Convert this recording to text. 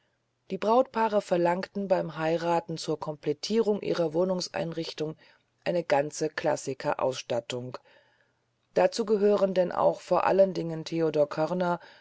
die brautpaare verlangen beim heiraten zur komplettierung ihrer wohnungseinrichtung eine ganze klassikerausstattung dazu gehören denn auch vor allen dingen